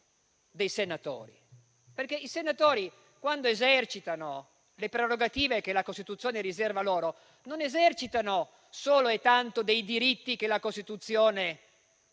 dei senatori. I senatori, infatti, quando esercitano le prerogative che la Costituzione riserva loro, non esercitano solo e tanto dei diritti che la Costituzione